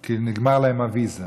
כי נגמרה להם הוויזה.